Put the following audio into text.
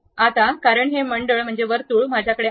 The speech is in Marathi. आता कारण हे मंडळ माझ्याकडे आहे